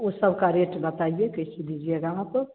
वो सब का रेट बताइए कैसे दीजिएगा आप